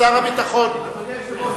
אדוני היושב-ראש,